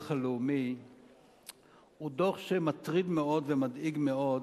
הלאומי הוא דוח שמטריד מאוד ומדאיג מאוד,